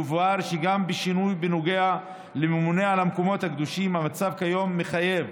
יובהר שגם בשינוי בנוגע לממונה על המקומות הקדושים המצב כיום מחייב